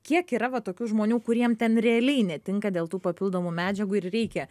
kiek yra va tokių žmonių kuriem ten realiai netinka dėl tų papildomų medžiagų ir reikia